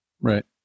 Right